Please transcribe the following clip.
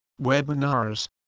webinars